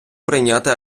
прийняти